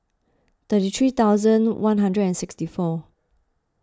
thirty three thousand one hundred and sixty four